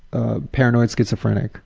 a paranoid schizophrenic.